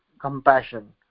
compassion